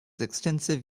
extensive